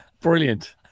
Brilliant